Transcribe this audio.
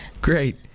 Great